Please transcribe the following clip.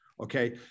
Okay